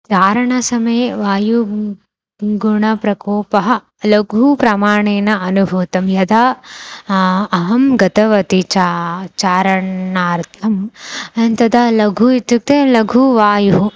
चारणसमये वायुगुणप्रकोपः लघु प्रमाणेन अनुभूतं यदा अहं गतवती चारणं चारणार्थं तदा लघु इत्युक्ते लघु वायुः